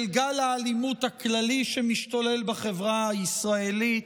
גל האלימות הכללי שמשתולל בחברה הישראלית,